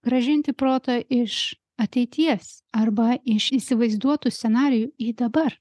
grąžinti protą iš ateities arba iš įsivaizduotų scenarijų į dabar